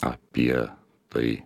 apie tai